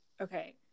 okay